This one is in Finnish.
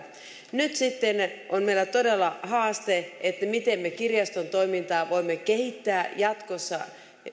nyt sitten meillä on todella haaste se miten me kirjaston toimintaa voimme kehittää jatkossa